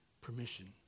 permission